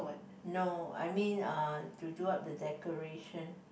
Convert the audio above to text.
no I mean uh to do up the decoration